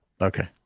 okay